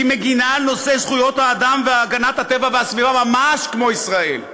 היא מגינה על נושא זכויות האדם והגנת הטבע והסביבה ממש כמו ישראל.